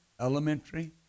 elementary